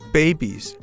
babies